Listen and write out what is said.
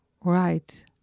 right